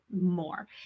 more